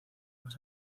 más